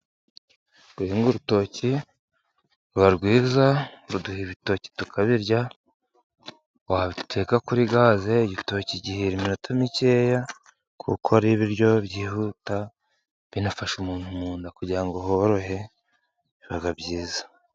Guhinga urutoki ruba rwiza ruduha ibitoki tukabirya, wateka kuri gaze igitoki gihira iminota mikeya kuko ari ibiryo byihuta, binafasha umuntu mu nda kugira ngo horohe biba byiza.